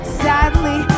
sadly